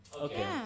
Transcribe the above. Okay